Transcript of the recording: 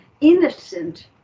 innocent